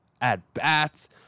at-bats